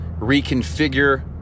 reconfigure